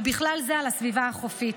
ובכלל זה על הסביבה החופית.